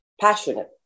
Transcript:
passionate